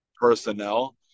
personnel